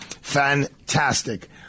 fantastic